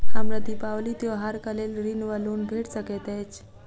हमरा दिपावली त्योहारक लेल ऋण वा लोन भेट सकैत अछि?